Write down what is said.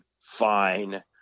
fine